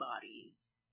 bodies